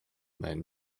that